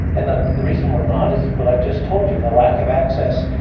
and the the reason we are not is what i've just told you, the lack of access,